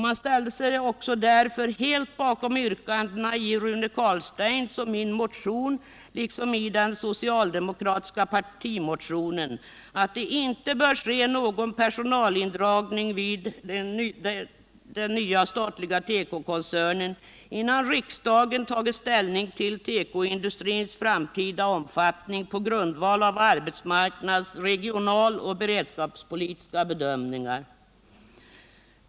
Man ställde sig därför helt bakom yrkandena i Rune Carlsteins och min motion liksom i den socialdemokratiska partimotionen att någon personalindragning vid den nya statliga tekokoncernen inte bör göras innan riksdagen tagit ställning till tekoindustrins framtida omfattning på grundval av arbetsmarknads-, regionaloch beredskapspolitiska bedömningar.